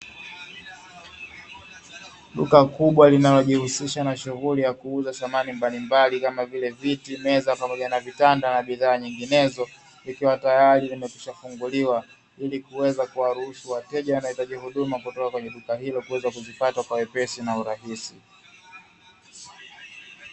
Duka kubwa linalojihusisha na shughuli ya kuuza samani mbalimbali kama vile; viti, meza na vitanda pamoja na bidhaa nyinginezo likiwa tayari limekwisha funguliwa, ili kuweza kuwaruhusu wateja wanaohitaji huduma kutoka kwenye duka hilo ili kuweza kuzipata kwa wepesi na urahisi.